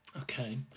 Okay